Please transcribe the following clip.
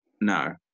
no